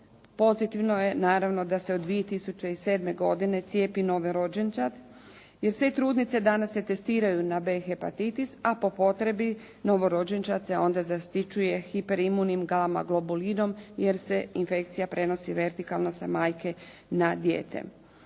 Pozitivno je naravno da se od 2007. godine cijepi novorođenčad jer sve trudnice danas se testiraju na B hepatitis a po potrebi novorođenčad se onda zaštićuje hiperimunim gama globulinom jer se infekcija prenosi vertikalno sa majke na dijete.